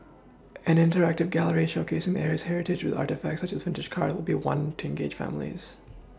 an interactive gallery showcasing the area's heritage with artefacts such as vintage cars will be one to engage families